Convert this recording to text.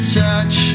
touch